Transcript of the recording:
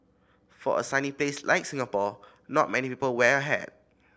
for a sunny place like Singapore not many people wear a hat